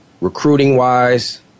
recruiting-wise